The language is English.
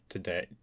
today